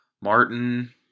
Martin –